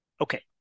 Okay